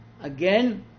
Again